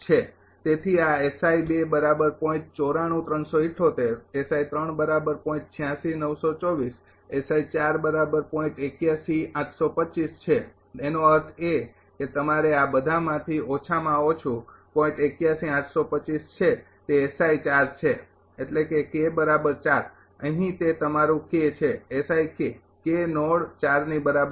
તેથી આ છે એનો અર્થ એ કે તમારે આ બધામાંથી ઓછામાં ઓછું છે તે છે એટલે કે અહીં તે તમારું છે નોડ ની બરાબર છે